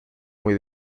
muy